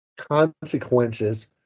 consequences